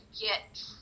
get